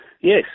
Yes